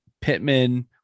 Pittman